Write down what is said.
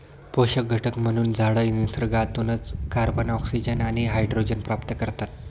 पोषक घटक म्हणून झाडं निसर्गातूनच कार्बन, ऑक्सिजन आणि हायड्रोजन प्राप्त करतात